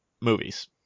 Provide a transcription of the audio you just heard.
movies